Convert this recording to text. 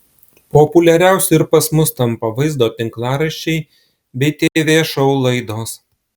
populiariausi ir pas mus tampa vaizdo tinklaraščiai bei tv šou laidos